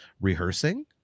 Rehearsing